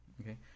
okay